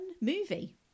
movie